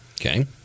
Okay